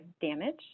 damage